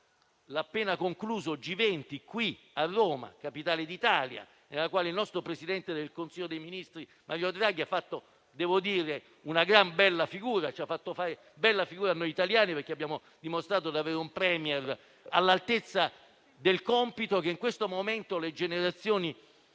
l'appena concluso G20, qui a Roma, capitale d'Italia, nella quale il nostro presidente del Consiglio dei ministri Mario Draghi ha fatto e ci ha fatto fare una gran bella figura a noi italiani, perché abbiamo dimostrato di avere un *Premier* all'altezza del compito che in questo momento le generazioni